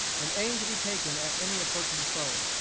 and aim to be taken at any approaching foe.